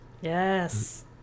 Yes